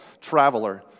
traveler